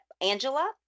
Angela